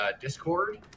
Discord